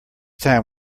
time